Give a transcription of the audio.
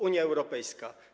Unia Europejska.